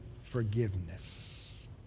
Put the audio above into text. forgiveness